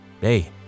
hey